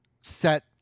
Set